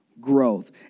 growth